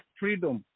freedom